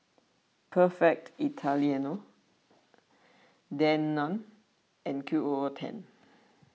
Perfect Italiano Danone and Q O O ten